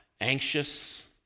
anxious